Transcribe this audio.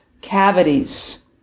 cavities